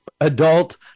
adult